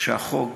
שהחוק,